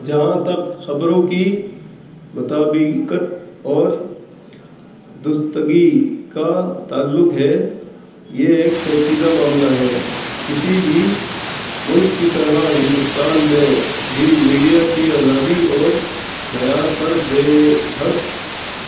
جہاں تک خبروں کی مطابقت اور دستگی کا تعلق ہے یہ ایک پیچیدہ معاملہ ہے کسی بھی ملک کی طرح ہندوستان میں بھی میڈیا کی آزادی اور معیار پر بے حس